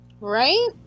Right